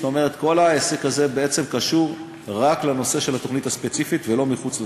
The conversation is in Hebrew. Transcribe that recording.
כל העסק הזה בעצם קשור רק לנושא של התוכנית הספציפית ולא מחוץ לתוכנית.